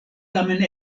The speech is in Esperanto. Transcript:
tamen